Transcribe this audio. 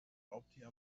raubtier